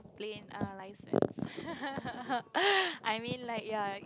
plane err license I mean like ya